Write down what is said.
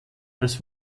als